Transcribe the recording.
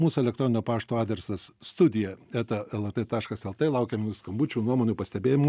mūsų elektroninio pašto adresas studija eta lrt taškas lt laukiam jūsų skambučių nuomonių pastebėjimų